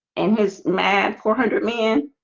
and his mad four hundred men